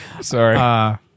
sorry